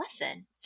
lesson